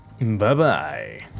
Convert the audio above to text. bye-bye